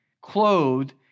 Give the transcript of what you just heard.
clothed